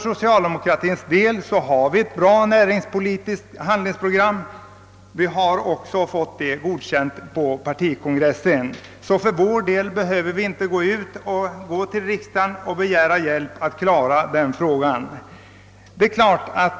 Socialdemokratin har för sin del ett bra näringspolitiskt handlingsprogram, som godkänts av partikongressen. Vi behöver alltså inte vända oss till riksdagen och begära hjälp med den saken.